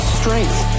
strength